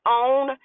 own